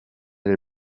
del